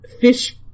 fish